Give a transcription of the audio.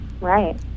Right